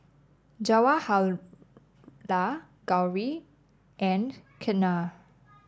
Jawaharlal Gauri and Ketna